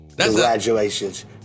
congratulations